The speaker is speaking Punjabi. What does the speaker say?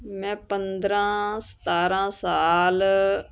ਮੈਂ ਪੰਦਰ੍ਹਾਂ ਸਤਾਰ੍ਹਾਂ ਸਾਲ